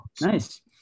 Nice